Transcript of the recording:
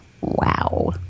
Wow